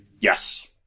Yes